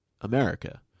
America